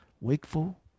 Wakeful